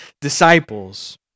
disciples